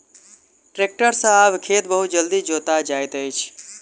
tractor सॅ आब खेत बहुत जल्दी जोता जाइत अछि